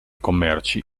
commerci